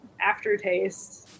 aftertaste